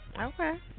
Okay